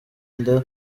inda